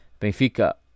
Benfica